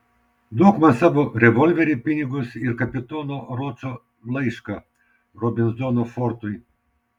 duok man savo revolverį pinigus ir kapitono ročo laišką robinzono fortui